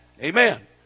Amen